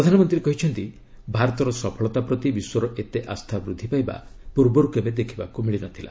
ପ୍ରଧାନମନ୍ତ୍ରୀ କହିଛନ୍ତି ଭାରତର ସଫଳତା ପ୍ରତି ବିଶ୍ୱର ଏତେ ଆସ୍ଥା ବୃଦ୍ଧି ପାଇବା ପୂର୍ବରୁ କେବେ ଦେଖିବାକୁ ମିଳିନଥିଲା